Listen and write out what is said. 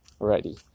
already